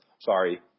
Sorry